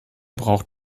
braucht